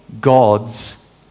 God's